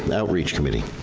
and outreach committee?